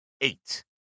eight